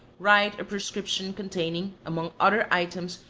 write a prescription containing, among other items,